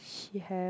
she has